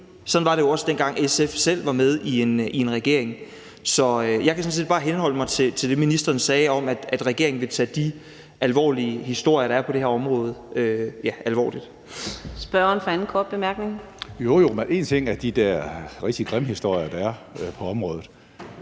Sådan var det også, dengang SF selv var med i en regering. Så jeg kan sådan set bare henholde mig til det, ministeren sagde om, at regeringen vil tage de alvorlige historier, der er på det her område, alvorligt. Kl. 14:44 Fjerde næstformand (Karina Adsbøl): Så er det spørgeren for den anden korte